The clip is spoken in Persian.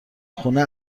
خونه